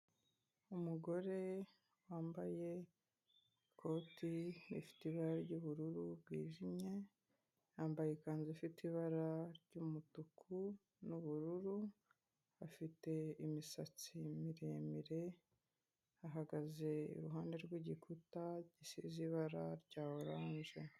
Umugore wambaye ikoti rifite ibara ry'ubururu bwijimye, yambaye ikanzu ifite ibara ry'umutuku n'ubururu, afite imisatsi miremire, ahagaze iruhande rw'igikuta gisize ibara rya oranje.